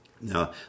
Now